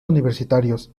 universitarios